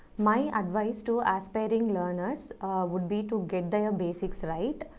my advice to aspiring learners would be to get their basics right.